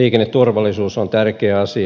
liikenneturvallisuus on tärkeä asia